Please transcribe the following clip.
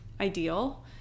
ideal